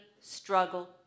struggle